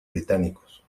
británicos